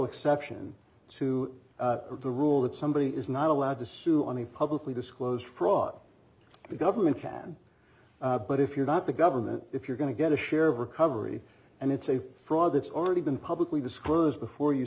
exception to the rule that somebody is not allowed to sue on the publicly disclosed brought government can but if you're not the government if you're going to get a share of recovery and it's a fraud that's already been publicly disclosed before you